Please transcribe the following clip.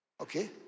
Okay